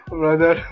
brother